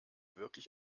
wirklich